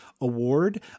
award